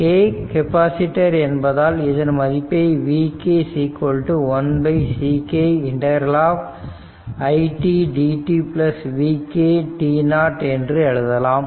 k capacitor என்பதனால் இதன் மதிப்பை vk 1Ck ∫ it dt vk t0 என்று எழுதலாம்